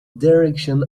direction